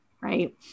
right